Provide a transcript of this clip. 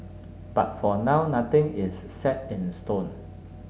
but for now nothing is set in stone